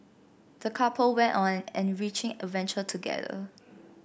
the couple went on an enriching adventure together